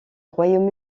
royaume